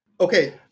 Okay